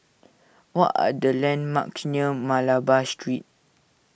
what are the landmarks near Malabar Street